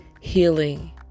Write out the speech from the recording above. healing